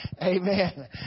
Amen